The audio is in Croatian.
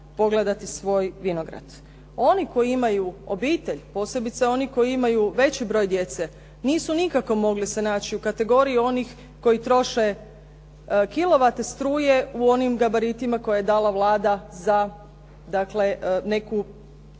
pogledati svoj vinograd. Oni koji imaju obitelj, posebice oni koji imaju veći broj djece nisu nikako mogli se naći u kategoriji onih koji troše kilovate struje u onim gabaritima koje je dala Vlada za neku